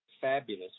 Fabulous